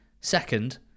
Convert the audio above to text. second